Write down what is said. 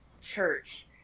church